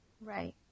Right